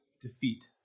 defeat